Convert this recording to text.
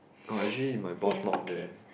oh actually my boss not there